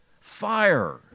fire